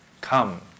come